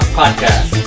podcast